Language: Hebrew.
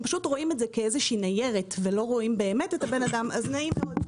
פשוט רואים את זה כאיזו שהיא ניירת ולא רואים את הבן אדם אז נעים מאוד,